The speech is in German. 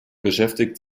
beschäftigt